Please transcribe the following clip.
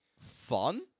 fun